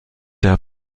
der